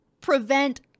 prevent